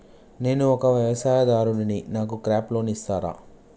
నేను ఒక వ్యవసాయదారుడిని నాకు క్రాప్ లోన్ ఇస్తారా?